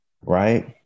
right